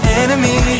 enemy